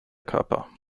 körper